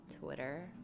Twitter